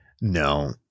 no